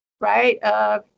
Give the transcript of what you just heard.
right